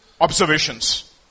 observations